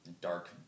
dark